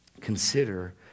Consider